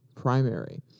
primary